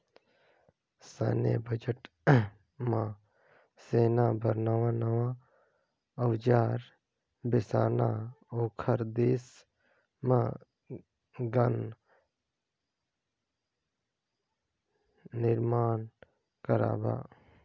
सैन्य बजट म सेना बर नवां नवां अउजार बेसाना, ओखर देश मे गन निरमान करबा